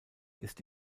ist